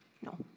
No